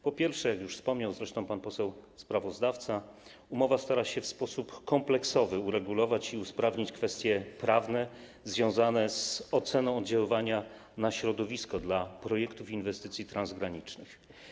Po pierwsze, jak już zresztą wspomniał pan poseł sprawozdawca, umowa stara się w sposób kompleksowy uregulować i usprawnić kwestie prawne związane z oceną oddziaływania na środowisko dla projektów i inwestycji transgranicznych.